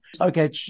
Okay